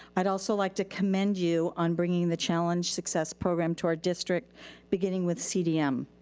i'd also like to commend you on bringing the challenge success program to our district beginning with cdm.